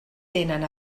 tenen